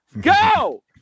Go